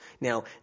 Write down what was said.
Now